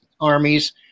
armies